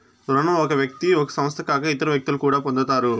రుణం ఒక వ్యక్తి ఒక సంస్థ కాక ఇతర వ్యక్తులు కూడా పొందుతారు